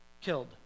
killed